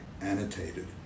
annotated